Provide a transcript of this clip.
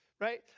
Right